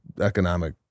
economic